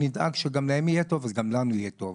אז נדאג שגם להם וגם לנו יהיה טוב.